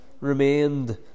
remained